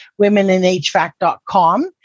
womeninhvac.com